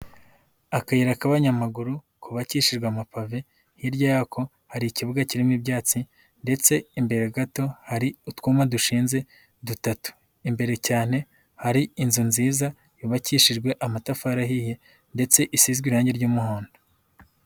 Akayira k'abanyamaguru kubakishijwe amapave hirya yako hari ikibuga kirimo ibyatsi ndetse imbere gato hari utwuma dushinze dutatu, imbere cyane hari inzu nziza yubakishijwe amatafari ahiye ndetse isizwe irangi ry'umuhondo.